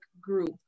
group